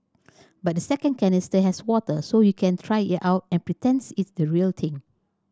but the second canister has water so you can try it out and pretend it's the real thing